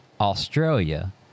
Australia